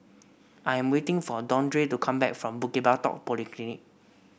I'm waiting for Deondre to come back from Bukit Batok Polyclinic